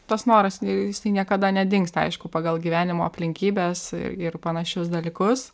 tas noras jisai niekada nedingsta aišku pagal gyvenimo aplinkybes ir ir panašius dalykus